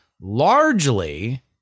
largely